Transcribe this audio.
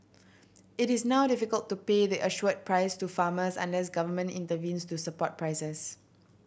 it is now difficult to pay the assured price to farmers unless government intervenes to support prices